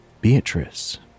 Beatrice